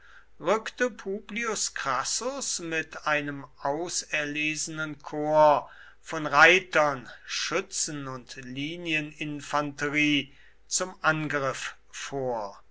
rückte publius crassus mit einem auserlesenen korps von reitern schützen und linieninfanterie zum angriff vor